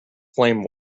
flame